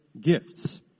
gifts